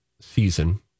season